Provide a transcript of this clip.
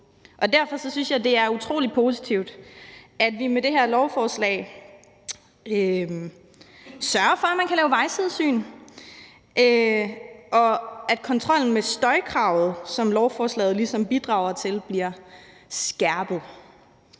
må. Derfor synes jeg, det er utrolig positivt, at vi med det her lovforslag sørger for, at man kan lave vejsidesyn, og at lovforslaget bidrager til, at kontrollen med støjkravet bliver skærpet.